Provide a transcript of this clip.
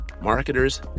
marketers